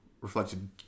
reflected